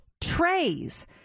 trays